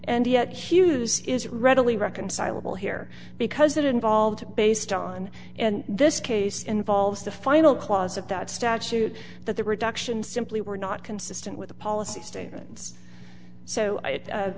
and yet hughes is readily reconcilable here because it involved based on and this case involves the final clause of that statute that the reduction simply were not consistent with the policy statements so